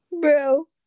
Bro